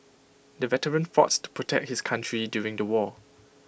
the veteran fought to protect his country during the war